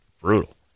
brutal